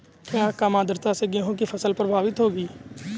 क्या कम आर्द्रता से गेहूँ की फसल प्रभावित होगी?